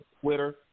Twitter